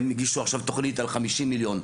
הם הגישו עכשיו תוכנית על 50 מיליון,